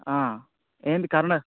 ఏంటి కర్ణ